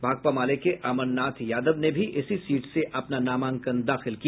भाकपा माले के अमरनाथ यादव ने भी इसी सीट से अपना नामांकन दाखिल किया